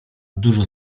dużo